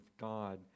God